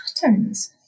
patterns